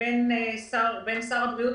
שר הבריאות